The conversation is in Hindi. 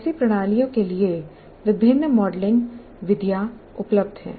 ऐसी प्रणालियों के लिए विभिन्न मॉडलिंग विधियां उपलब्ध हैं